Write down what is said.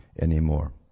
anymore